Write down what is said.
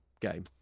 game